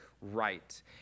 right